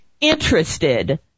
interested